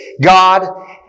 God